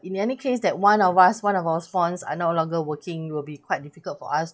in any case that one of us one of our spouse are not longer working it will be quite difficult for us